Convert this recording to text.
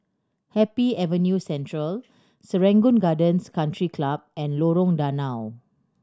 Happy Avenue Central Serangoon Gardens Country Club and Lorong Danau